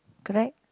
correct